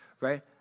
right